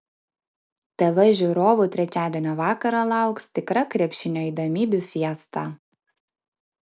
tv žiūrovų trečiadienio vakarą lauks tikra krepšinio įdomybių fiesta